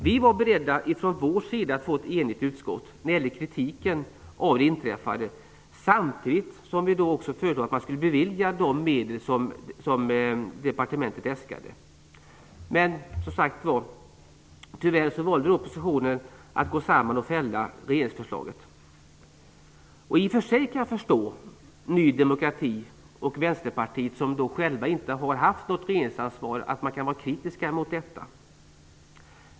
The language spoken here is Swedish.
Vi var beredda från vår sida att få ett enigt utskott när det gällde kritiken av det inträffade, samtidigt som vi då också föreslog att man skulle bevilja de medel som departementet äskade. Men, som sagt var, tyvärr valde oppositionen att gå samman och fälla regeringsförslaget. I och för sig kan jag förstå att Ny demokrati och Vänsterpartiet som själva inte haft regeringsansvar kan vara kritiska mot detta.